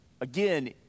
Again